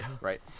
right